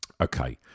Okay